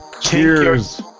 Cheers